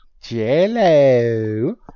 Jello